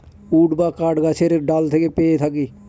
would বা কাঠ গাছের ডাল থেকে পেয়ে থাকি